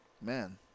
man